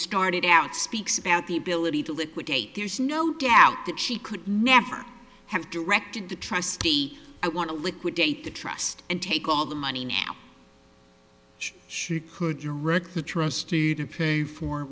started out speaks about the ability to liquidate there's no doubt that she could never have directed the trustee i want to liquidate the trust and take all the money she could you direct the trustee to pay for